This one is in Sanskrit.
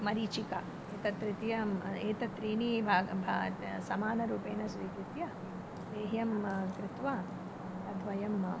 मरीचिका एतत् रीत्या एतत्रीणि भा समानरूपेण स्वीकृत्य लेह्यं कृत्वा तद्वयम्